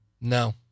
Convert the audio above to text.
no